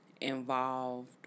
involved